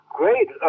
great